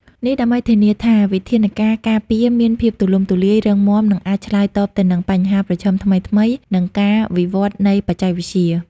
នេះដើម្បីធានាថាវិធានការការពារមានភាពទូលំទូលាយ រឹងមាំ និងអាចឆ្លើយតបទៅនឹងបញ្ហាប្រឈមថ្មីៗ និងការវិវត្តន៍នៃបច្ចេកវិទ្យា។